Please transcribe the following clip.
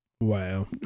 wow